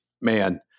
man